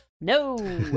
No